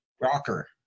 rocker